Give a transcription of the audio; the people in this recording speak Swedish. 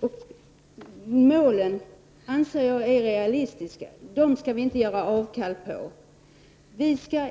Jag anser de uppsatta målen vara realistiska, och dessa skall vi inte avstå från.